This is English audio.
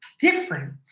different